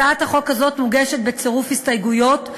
הצעת החוק מוגשת בצירוף הסתייגויות,